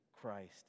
Christ